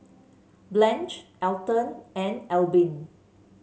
Blanch Elton and Albin